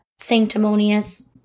sanctimonious